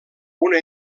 una